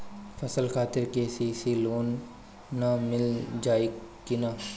फसल खातिर के.सी.सी लोना मील जाई किना?